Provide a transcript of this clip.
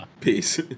Peace